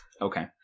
Okay